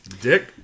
Dick